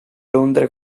londra